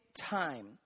time